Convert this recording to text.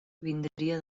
vindria